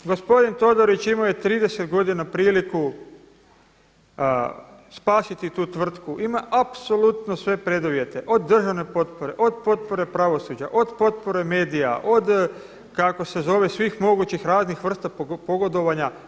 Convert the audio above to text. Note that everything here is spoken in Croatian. Gospodin Todorić imao je 30 godina priliku spasiti tu tvrtku, imao je apsolutno sve preduvjete, od državne potpore, od potpore pravosuđa, od potpore medija, od kako se zove svih mogućih raznih vrsta pogodovanja.